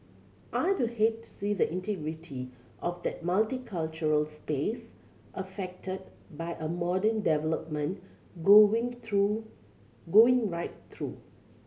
I'd hate to see the integrity of that multicultural space affected by a modern development going through going right through